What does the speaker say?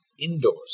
indoors